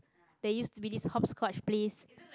that used to be this hopscotch place